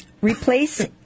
Replace